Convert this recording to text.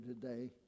today